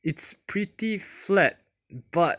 it's pretty flat but